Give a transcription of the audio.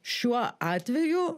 šiuo atveju